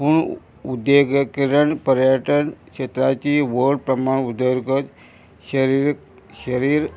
पूण उद्देगिरण पर्यटन क्षेत्राची व्हड प्रमाण उदरगत शरी शरीर